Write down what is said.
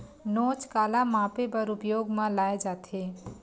नोच काला मापे बर उपयोग म लाये जाथे?